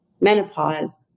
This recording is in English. menopause